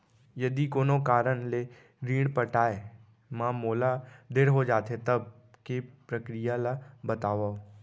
यदि कोनो कारन ले ऋण पटाय मा मोला देर हो जाथे, तब के प्रक्रिया ला बतावव